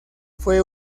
fue